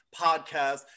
podcast